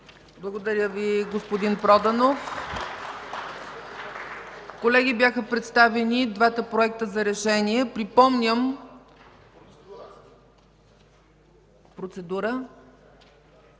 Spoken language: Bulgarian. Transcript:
Благодаря Ви, господин Проданов. Колеги, бяха представени двата проекта за решение. (Реплика от народния